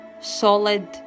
solid